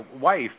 wife